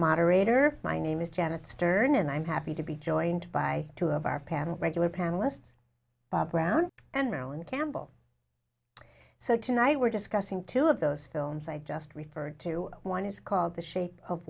moderator my name is janet stern and i'm happy to be joined by two of our panel regular panelists bob brown and marilyn campbell so tonight we're discussing two of those films i just referred to one is called the shape of